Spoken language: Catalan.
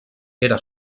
era